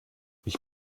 ich